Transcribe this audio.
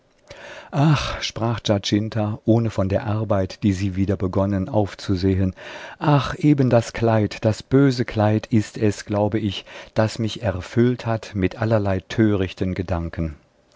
ach sprach giacinta ohne von der arbeit die sie wieder begonnen aufzusehen ach eben das kleid das böse kleid ist es glaub ich das mich erfüllt hat mit allerlei törichten gedanken